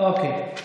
אוקיי.